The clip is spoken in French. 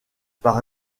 par